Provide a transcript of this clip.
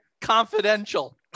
confidential